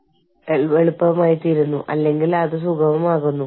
corporate ആസൂത്രണത്തിൽ അവരെ ഉൾപ്പെടുത്താൻ അവർ ആഗ്രഹിക്കുന്നു